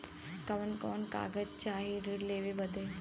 कवन कवन कागज चाही ऋण लेवे बदे?